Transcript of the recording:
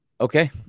Okay